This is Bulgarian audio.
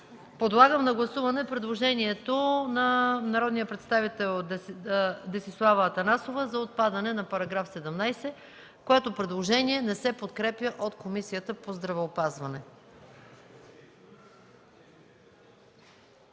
подлагам на гласуване предложението на народния представител Десислава Атанасова за отпадане на § 17, което не се подкрепя от Комисията по здравеопазване.